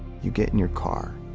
you get in your car,